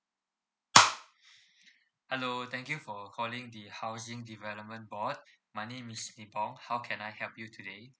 hello thank you for calling the housing development board my name is how can I help you today